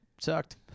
sucked